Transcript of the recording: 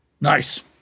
Nice